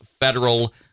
federal